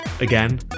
again